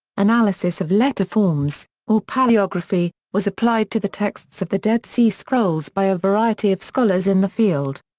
analysis of letter forms, or palaeography, was applied to the texts of the dead sea scrolls by a variety of scholars in the field.